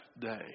day